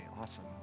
Awesome